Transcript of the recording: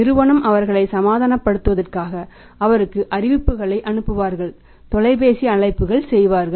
நிறுவனம் அவர்களை சமாதானப்படுத்துவதற்காக அவருக்கு அறிவிப்பை அனுப்புவார்கள் தொலைபேசி அழைப்புகள் செய்வார்கள்